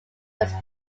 was